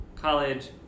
college